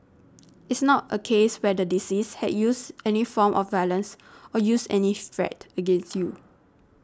it's not a case where the deceased had used any form of violence or used any threat against you